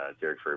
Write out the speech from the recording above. Derek